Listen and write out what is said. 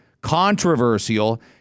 controversial